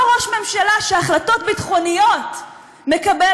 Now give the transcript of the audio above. לא ראש ממשלה שהחלטות ביטחוניות מקבל